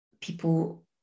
people